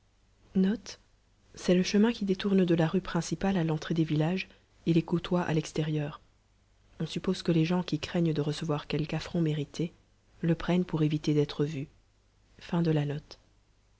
c'est le chemin qui détourne de la rue principale à l'entrée des villages et les côtoie à l'extérieur on suppose que les gens qui craignent de recevoir quelque affront mérité le prennent pour éviter d'être vus